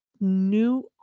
New